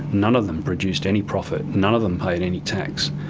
none of them produced any profit, none of them paid any tax,